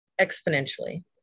exponentially